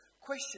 question